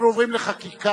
אנחנו עוברים לחקיקה